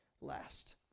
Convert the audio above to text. last